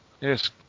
yes